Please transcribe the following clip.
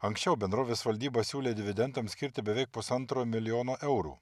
anksčiau bendrovės valdyba siūlė dividendams skirti beveik pusantro milijono eurų